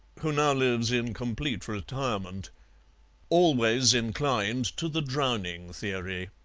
who now lives in complete retirement, always inclined to the drowning theory.